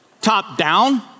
top-down